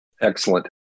Excellent